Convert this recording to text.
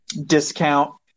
discount